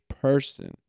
person